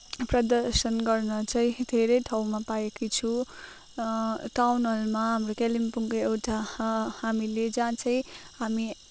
प्रदर्शन गर्न चाहिँ धेरै ठाउँमा पाएकी छु टाउन हलमा हाम्रो कालिम्पोङको एउटा हामीले जहाँ चाहिँ हामी